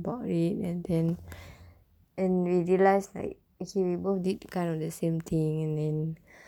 pork rib and then and we realise like okay we both did kind of the same thing and then